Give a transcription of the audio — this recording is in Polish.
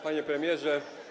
Panie Premierze!